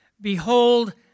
behold